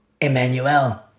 Emmanuel